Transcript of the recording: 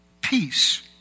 peace